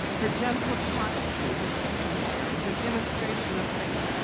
her gentle talks with me, her scripture sharing, her demonstration of faith,